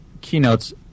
keynotes